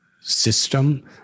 system